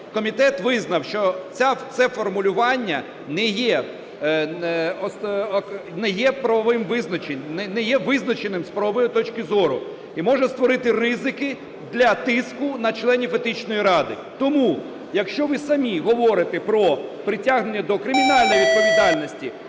Комітет визнав, що це формулювання не є правовим… не є визначеним з правової точки зору і може створити ризики для тиску на членів Етичної ради. Тому, якщо ви самі говорите про притягнення до кримінальної відповідальності